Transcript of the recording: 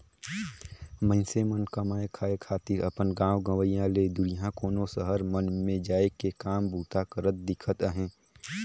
मइनसे मन कमाए खाए खातिर अपन गाँव गंवई ले दुरिहां कोनो सहर मन में जाए के काम बूता करत दिखत अहें